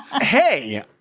Hey